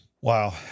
wow